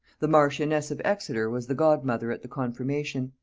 the marchioness of exeter was the godmother at the confirmation,